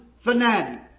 fanatic